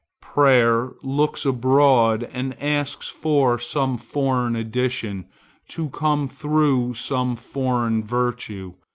prayer looks abroad and asks for some foreign addition to come through some foreign virtue,